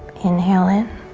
inhale in.